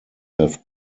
have